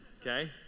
okay